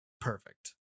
perfect